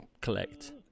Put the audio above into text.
collect